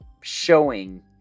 showing